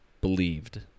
believed